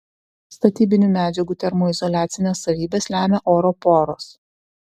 statybinių medžiagų termoizoliacines savybes lemia oro poros